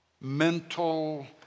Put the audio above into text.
mental